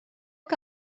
que